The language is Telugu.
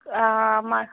మ